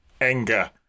anger